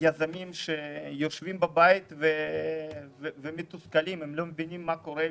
יזמים שיושבים בבית והם מתוסכלים ולא מבינים מה קורה.